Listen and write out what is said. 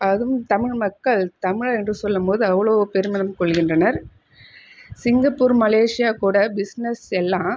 அதுவும் தமிழ் மக்கள் தமிழ் என்று சொல்லும் போது அவ்வளோ பெருமிதம் கொள்கின்றனர் சிங்கப்பூர் மலேஷியா கூட பிஸ்னஸ் எல்லாம்